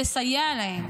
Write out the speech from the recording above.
כדי לסייע להם.